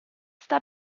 sta